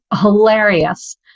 hilarious